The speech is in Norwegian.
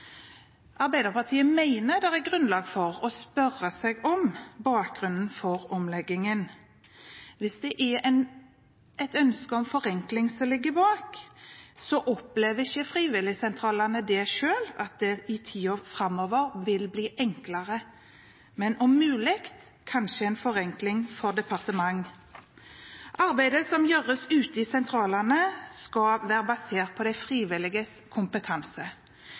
Arbeiderpartiet mener det er grunnlag for å spørre hva som er bakgrunnen for omleggingen. Hvis det er et ønske om forenkling som ligger bak, opplever ikke frivilligsentralene selv at det i tiden framover vil bli enklere, men at det er mulig det kanskje blir en forenkling for departement. Arbeidet som gjøres ute i sentralene, skal være basert på de frivilliges kompetanse.